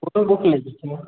कत्तऽ बुक अछि हमर